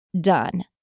done